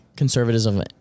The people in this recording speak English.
conservatism